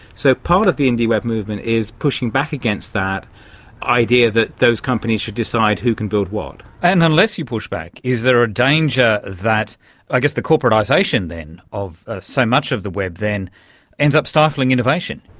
so part of the indie web movement is pushing back against that idea that those companies should decide who can build what. and unless you push back, is there a danger that i guess the corporatisation of so much of the web then ends up stifling innovation?